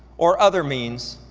or other means,